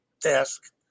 desk